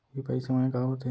UPI सेवाएं का होथे